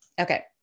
Okay